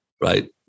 right